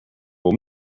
will